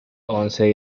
once